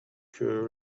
que